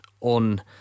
on